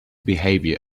behavior